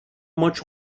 much